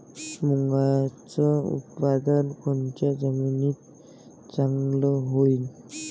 मुंगाचं उत्पादन कोनच्या जमीनीत चांगलं होईन?